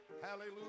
Hallelujah